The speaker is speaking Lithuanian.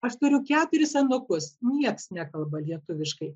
aš turiu keturis anūkus nieks nekalba lietuviškai